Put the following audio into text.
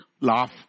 Laugh